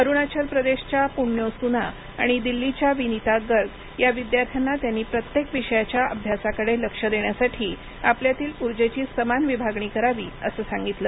अरुणाचल प्रदेशच्या पुण्यो सुना आणि दिल्लीच्या विनिता गर्ग या विद्यार्थ्यांना त्यांनी प्रत्येक विषयाच्या अभ्यासाकडे लक्ष देण्यासाठी आपल्यातील ऊर्जेची समान विभागणी करावी असं सांगितलं